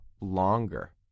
longer